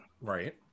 right